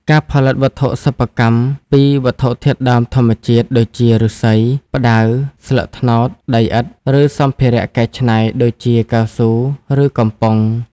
ការផលិតវត្ថុសិប្បកម្មពីវត្ថុធាតុដើមធម្មជាតិ ដូចជាឫស្សី ផ្តៅ ស្លឹកត្នោត ដីឥដ្ឋ ឬសម្ភារៈកែច្នៃដូចជាកៅស៊ូឫកំប៉ុង។